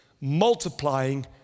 multiplying